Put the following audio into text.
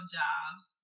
jobs